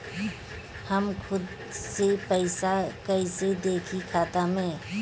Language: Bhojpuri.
हम खुद से पइसा कईसे देखी खाता में?